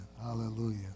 Hallelujah